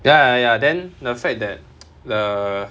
ya ya ya then the fact that the